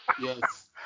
Yes